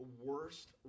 worst